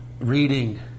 reading